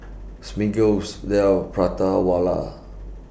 Smiggle's Dell Prata Wala